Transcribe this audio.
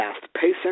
fast-pacing